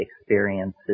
experiences